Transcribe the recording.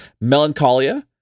Melancholia